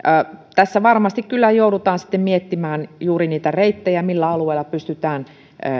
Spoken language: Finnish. tässä kyllä varmasti joudutaan sitten miettimään juuri niitä reittejä millä alueella pystytään